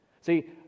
See